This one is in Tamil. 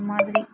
அது மாதிரி